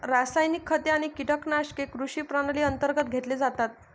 रासायनिक खते आणि कीटकनाशके कृषी प्रणाली अंतर्गत घेतले जातात